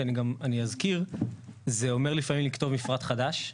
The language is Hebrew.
שאני אזכיר שזה אומר לפעמים לכתוב מפרט חדש,